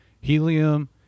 Helium